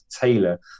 tailor